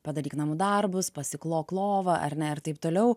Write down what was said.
padaryk namų darbus pasiklok lovą ar ne ir taip toliau